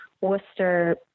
Worcester